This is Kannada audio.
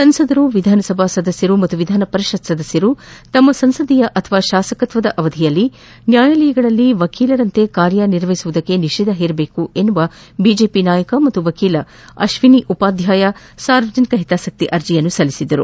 ಸಂಸದರು ವಿಧಾನಸಭಾ ಸದಸ್ಕರು ಮತ್ತು ವಿಧಾನಪರಿಷತ್ ಸದಸ್ಕರು ತಮ್ಮ ಸಂಸದೀಯ ಅಥವಾ ಶಾಸಕತ್ವದ ಅವಧಿಯಲ್ಲಿ ನ್ವಾಯಾಲಯಗಳಲ್ಲಿ ವಕೀಲರಂತೆ ಕಾರ್ಯನಿರ್ವಹಿಸುವುದಕ್ಕೆ ನಿಷೇಧ ಹೇರಬೇಕೆಂದು ಬಿಜೆಪಿ ನಾಯಕ ಮತ್ತು ವಕೀಲ ಅಶ್ವಿನಿ ಉಪಾಧ್ಯಾಯ ಸಾರ್ವಜನಿಕ ಹಿತಾಸಕ್ತಿ ಅರ್ಜಿ ಸಲ್ಲಿಸಿದ್ದರು